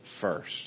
first